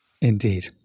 Indeed